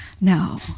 No